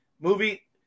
movie